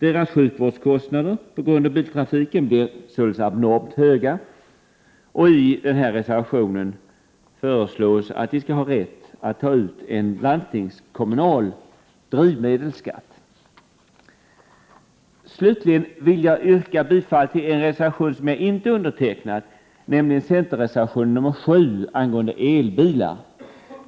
Deras sjukvårdskostnader på grund av biltrafiken blir således abnormt höga, och i reservationen föreslås att de skall ha rätt att ta ut en landstingskommunal drivmedelsskatt. Slutligen vill jag yrka bifall till en reservation, som jag inte undertecknat, nämligen centerreservationen 7 angående elbilar.